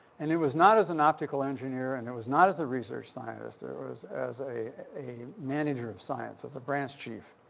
and it was not as an optical engineer. and it was not as a research scientist. it was as a manager of science, as a branch chief.